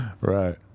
Right